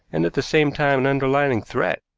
and at the same time an underlying threat,